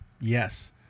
Yes